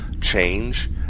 change